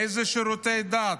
איזה שירותי דת?